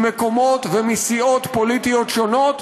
ממקומות ומסיעות פוליטיות שונות.